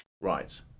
Right